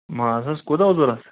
ماز حظ کوٗتاہ اوس ضروٗرت